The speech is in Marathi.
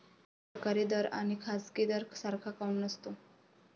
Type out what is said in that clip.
सरकारी दर अन खाजगी दर सारखा काऊन नसतो?